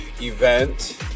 event